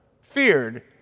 feared